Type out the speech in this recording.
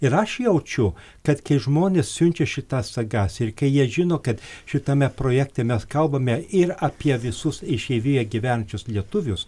ir aš jaučiu kad kai žmonės siunčia šitas sagas ir kai jie žino kad šitame projekte mes kalbame ir apie visus išeivijoje gyvenančius lietuvius